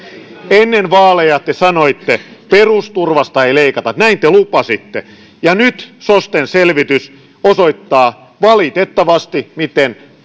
ennen vaaleja te sanoitte perusturvasta ei leikata näin te lupasitte ja nyt sosten selvitys osoittaa valitettavasti miten